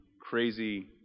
crazy